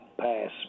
pass